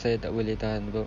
saya tak boleh tahan sebab